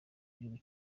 gihugu